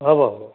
হ'ব হ'ব